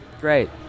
Great